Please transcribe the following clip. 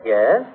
Yes